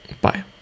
Bye